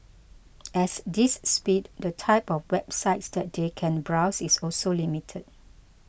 at this speed the type of websites that they can browse is also limited